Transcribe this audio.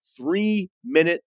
three-minute